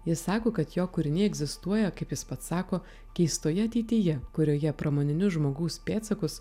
jis sako kad jo kūriniai egzistuoja kaip jis pats sako keistoje ateityje kurioje pramoninius žmogaus pėdsakus